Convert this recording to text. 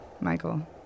Michael